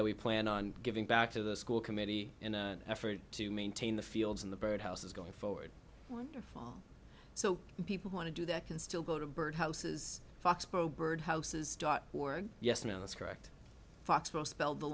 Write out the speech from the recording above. that we plan on giving back to the school committee in an effort to maintain the fields in the bird houses going forward so people want to do that can still go to birdhouses foxborough birdhouses dot org yes now that's correct fox was spelled the